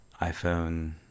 iphone